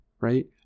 right